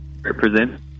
represent